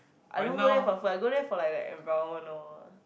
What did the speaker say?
I don't go there for food I go there for like that environment loh